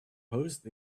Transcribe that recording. post